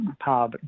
power